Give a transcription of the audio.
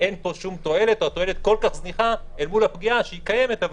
שאין פה שום תועלת או שהתועלת כל כך זניחה אל מול הפגיעה שהיא קיימת,